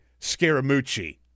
Scaramucci